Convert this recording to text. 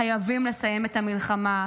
חייבים לסיים את המלחמה,